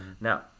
Now